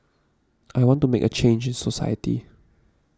I want to make a change society